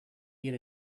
eat